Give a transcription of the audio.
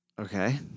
okay